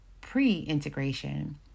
pre-integration